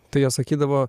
tai jie sakydavo